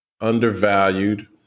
undervalued